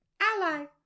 Ally